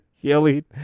yelling